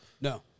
No